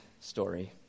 story